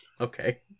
okay